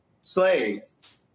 slaves